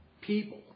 people